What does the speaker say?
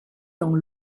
dans